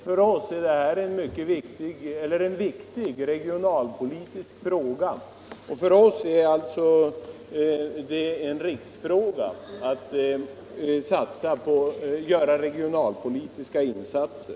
För oss är det alltså en riksfråga att göra regionalpolitiska insatser.